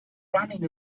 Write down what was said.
running